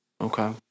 Okay